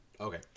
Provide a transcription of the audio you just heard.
Okay